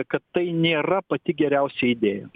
kad tai nėra pati geriausia idėja